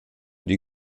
die